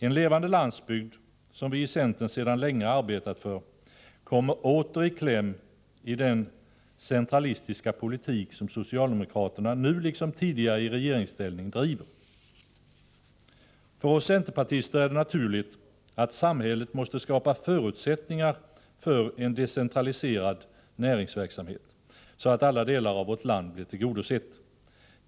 En levande landsbygd, som vi i centern sedan länge arbetat för, kommer åter i kläm i och med den centralistiska politik som socialdemokraterna nu liksom tidigare i regeringsställning driver. För oss centerpartister är det naturligt att samhället måste skapa förutsättningar för en decentraliserad näringsverksamhet, så att önskemålen i alla delar av vårt land blir tillgodosedda.